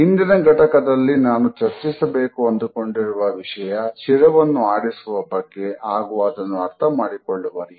ಇಂದಿನ ಘಟಕದಲ್ಲಿ ನಾನು ಚರ್ಚಿಸಬೇಕು ಅಂದುಕೊಂಡಿರುವ ವಿಷಯ ಶಿರವನ್ನು ಆಡಿಸುವ ಬಗ್ಗೆ ಹಾಗೂ ಅದನ್ನು ಅರ್ಥ ಮಾಡಿಕೊಳ್ಳುವ ರೀತಿ